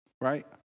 right